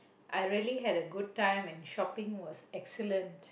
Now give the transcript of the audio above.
I really had a good time and shopping was excellent